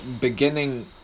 beginning